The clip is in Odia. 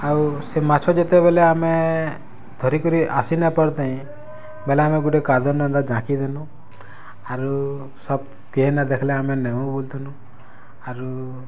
ଆଉ ସେ ମାଛ ଯେତେବେଲେ ଆମେ ଧରିକିରି ଆସି ନାଇଁ ପାରୁଥାଇ ବଲେ ଆମେ ଗୁଟେ କାଦୋନେ ଜାକିଦେନୁଁ ଆରୁ ସବ୍ କିହେ ନେଇଁ ଦେଖଲେ ଆମେ ନେଉଁ ବଲଥିନୁଁ ଆରୁ